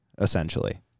essentially